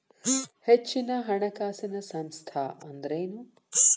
ಹೆಚ್ಚಿನ ಹಣಕಾಸಿನ ಸಂಸ್ಥಾ ಅಂದ್ರೇನು?